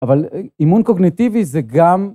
אבל אימון קוגנטיבי זה גם...